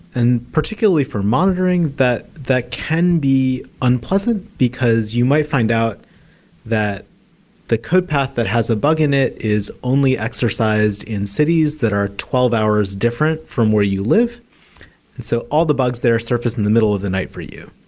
and particularly for monitoring, that that can be unpleasant, because you might find out that the code path that has a bug in it is only exercised in cities that are twelve hours different from where you live, and so all the bugs there are surfaced in the middle of the night for you.